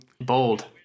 bold